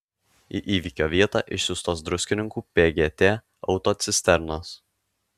į įvykio vietą išsiųstos druskininkų pgt autocisternos